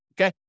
okay